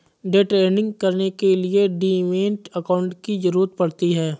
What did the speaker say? day trading करने के लिए डीमैट अकांउट की जरूरत पड़ती है